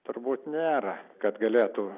turbūt nėra kad galėtų